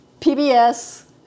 PBS